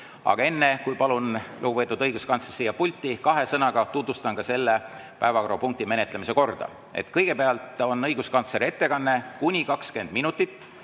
Aga enne, kui palun lugupeetud õiguskantsleri siia pulti, kahe sõnaga tutvustan selle päevakorrapunkti menetlemise korda. Kõigepealt on õiguskantsleri ettekanne, kuni 20 minutit,